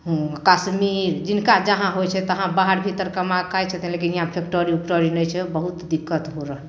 हुँ काश्मीर जिनका जहाँ होइ छै तहाँ बाहर भीतर कमा खाइ छथिन लेकिन हिआँ फैकटरी उकटरी नहि छै बहुत दिक्कत हो रहल छै